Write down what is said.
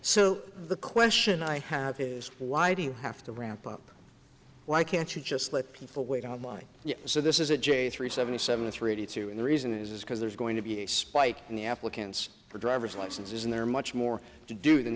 so the question i have is why do you have to ramp up why can't you just let people wait on line so this is a j three seventy seventy three eighty two and the reason is because there's going to be a spike in the applicants for driver's licenses and they're much more to do than